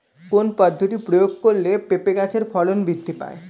কোন পদ্ধতি প্রয়োগ করলে পেঁপে গাছের ফলন বৃদ্ধি পাবে?